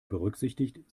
berücksichtigt